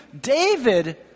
David